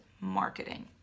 marketing